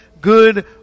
good